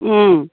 ও